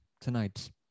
tonight